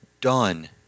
done